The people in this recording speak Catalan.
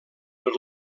per